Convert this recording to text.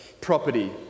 property